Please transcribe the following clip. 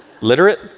Literate